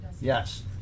Yes